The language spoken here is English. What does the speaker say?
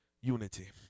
unity